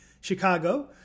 Chicago